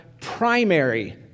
primary